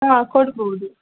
ಹಾಂ ಕೊಡ್ಬಹುದು